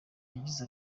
yagize